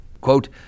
Quote